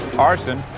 arson